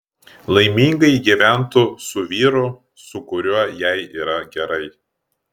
laimingai gyventų su vyru su kuriuo jai yra gerai